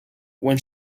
when